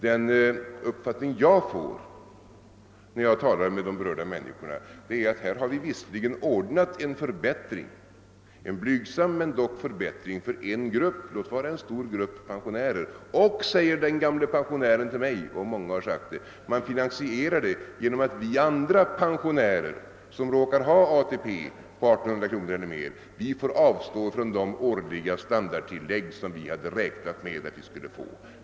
Den uppfattning jag får när jag talar med de berörda människorna är att vi visserligen åstadkommit en blygsam förbättring för en grupp, låt vara en stor grupp, pensionärer, men man finansierar den genom att de andra pensionärerna, de som råkar ha en ATP på 1 800 kr. eller mer, får avstå från det årliga standardtillägg som de räknat med att de skulle få.